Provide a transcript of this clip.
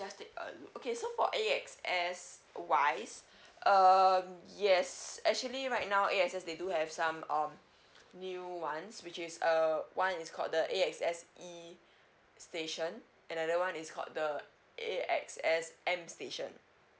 just take a look okay so for A X S wise um yes actually right now A X S they do have some um new ones which is err one is called the A X S E station another one is called the A X S M station